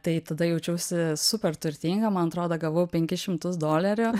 tai tada jaučiausi super turtinga man atrodo gavau penkis šimtus dolerių